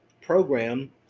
program